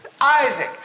Isaac